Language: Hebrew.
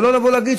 ולא לבוא להגיד,